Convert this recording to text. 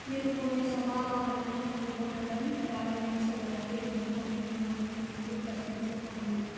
మీరు కొన్ని సమాధానలను కనుగొనడం ప్రారంభించే వరకు ఎందుకు అని మిమ్మల్ని మీరు ప్రశ్నించుకోండి